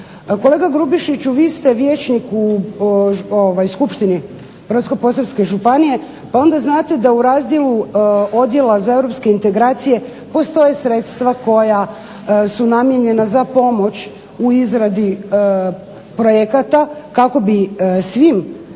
Kolega Grubišiću vi ste vijećnik u Skupštini Brodsko-posavske županije pa onda znate da u razdjelu Odjela za europske integracije postoje sredstva koja su namijenjena za pomoć u izradi projekata kako bi svim